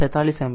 846 ampere